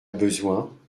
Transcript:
besoin